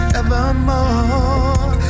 evermore